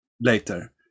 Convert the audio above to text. later